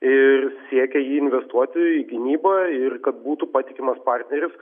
ir siekia i jį investuoti į gynybą ir kad būtų patikimas partneris